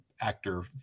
actor